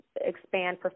expand